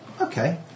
okay